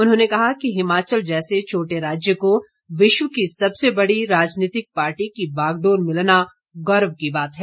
उन्होंने कहा कि हिमाचल जैसे छोटे राज्य को विश्व की सबसे बड़ी राजनीतिक पार्टी की बागडोर मिलना गौरव की बात है